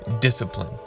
discipline